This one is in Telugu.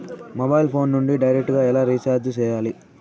మొబైల్ ఫోను నుండి డైరెక్టు గా ఎలా రీచార్జి సేయాలి